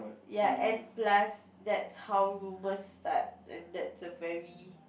ya and plus that's how rumours start and that's a very